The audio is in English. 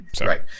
Right